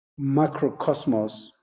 macrocosmos